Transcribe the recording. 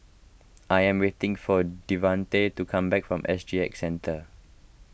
I am waiting for Devante to come back from S G X Centre